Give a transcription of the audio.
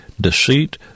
deceit